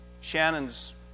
Shannon's